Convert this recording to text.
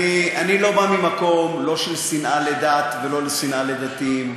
אני לא בא ממקום לא של שנאה לדת ולא שנאה לדתיים.